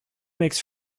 makes